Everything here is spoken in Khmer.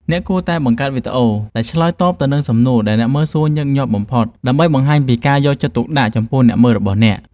អ្នកគួរតែបង្កើតវីដេអូដែលឆ្លើយតបទៅនឹងសំណួរដែលអ្នកមើលសួរញឹកញាប់បំផុត ដើម្បីបង្ហាញពីការយកចិត្តទុកដាក់ចំពោះអ្នកមើលរបស់អ្នក។